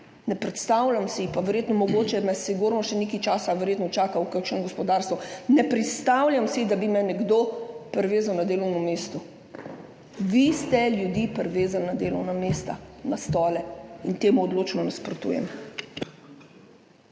Ne predstavljam si, sigurno me še čaka nekaj časa v kakšnem gospodarstvu, ne predstavljam si, da bi me nekdo privezal na delovno mesto. Vi ste ljudi privezali na delovna mesta, na stole, in temu odločno nasprotujem.